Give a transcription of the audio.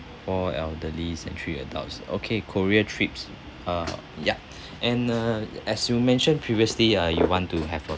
four elderlies and three adults okay korea trips uh yup and uh as you mentioned previously uh you want to have a